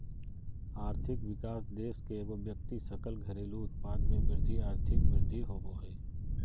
आर्थिक विकास देश के एगो व्यक्ति सकल घरेलू उत्पाद में वृद्धि आर्थिक वृद्धि होबो हइ